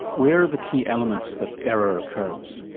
where are the key elements that error occurs?